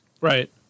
Right